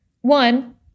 One